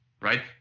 Right